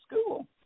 school